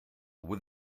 with